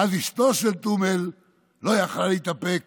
ואז אשתו של טומל לא יכלה להתאפק